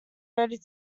ready